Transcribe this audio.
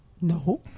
no